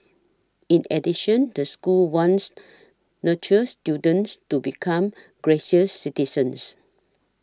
in addition the school wants nurtures students to become gracious citizens